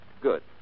Good